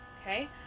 Okay